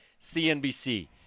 CNBC